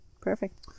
Perfect